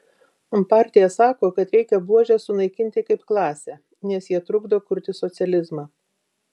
partija sako kad reikia buožes sunaikinti kaip klasę nes jie trukdo kurti socializmą